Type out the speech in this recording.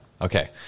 Okay